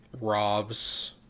robs